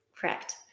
Correct